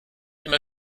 immer